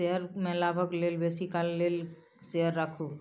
share में लाभक लेल बेसी काल लेल शेयर राखू